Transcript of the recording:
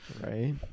Right